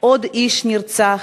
עוד איש נרצח,